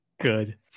Good